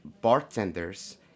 bartenders